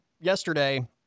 yesterday